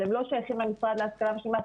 אבל הם לא שייכים למשרד להשכלה משלימה,